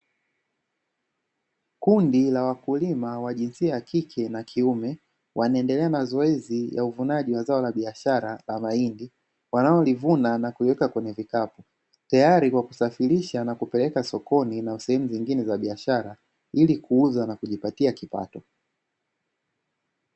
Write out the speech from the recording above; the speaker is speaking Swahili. Kundi la wakulima wa jinsia ya kike na kiume wanaendelea na zoezi ya uvunaji wa zao la biashara ya mahindi wanaolivuna na kuliweka kwenye vikapu, tayari kwa kusafirisha na kupeleka sokoni na sehemu nyingine za biashara ili kuuza na kujipatia kipato.